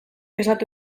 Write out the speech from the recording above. esnatu